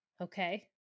okay